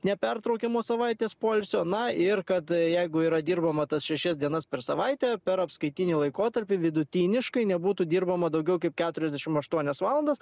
nepertraukiamos savaitės poilsio na ir kad jeigu yra dirbama tas šešias dienas per savaitę per apskaitinį laikotarpį vidutiniškai nebūtų dirbama daugiau kaip keturiasdešim aštuonias valandas